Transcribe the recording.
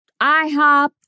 IHOP